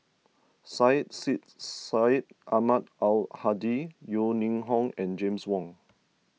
Syed Sheikh Syed Ahmad Al Hadi Yeo Ning Hong and James Wong